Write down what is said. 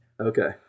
Okay